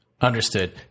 Understood